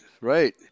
right